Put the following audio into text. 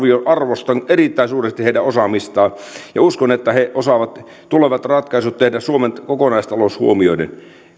arvostan erittäin suuresti heidän osaamistaan että he osaavat tulevat ratkaisut tehdä suomen kokonaistalouden huomioiden